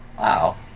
Wow